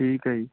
ਠੀਕ ਹੈ ਜੀ